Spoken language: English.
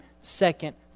second